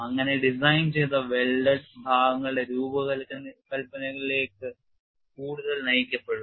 അങ്ങനെ ഡിസൈൻ ചെയ്ത വെൽഡഡ് ഭാഗങ്ങളുടെ രൂപകൽപ്പനയിലേക്ക് കൂടുതൽ നയിക്കപ്പെടുന്നു